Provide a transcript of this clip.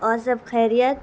اور سب خریت